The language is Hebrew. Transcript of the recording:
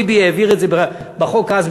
ביבי העביר את זה בחוק אז,